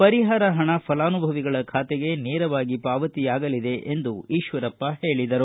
ಪರಿಹಾರ ಪಣ ಫಲಾನುಭವಿಗಳ ಖಾತೆಗೆ ನೇರವಾಗಿ ಪಾವತಿಯಾಗಲಿದೆ ಎಂದು ಅವರು ಹೇಳಿದರು